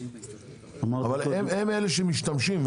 אבל הם אלה שמשתמשים.